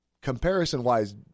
Comparison-wise